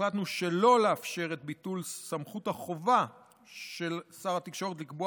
החלטנו שלא לאפשר את ביטול סמכות החובה של שר התקשורת לקבוע